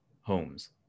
homes